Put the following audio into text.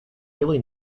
really